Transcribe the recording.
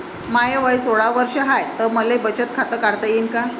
माय वय सोळा वर्ष हाय त मले बचत खात काढता येईन का?